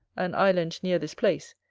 an island near this place,